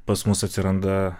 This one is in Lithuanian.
pas mus atsiranda